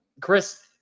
Chris